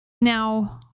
Now